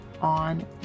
on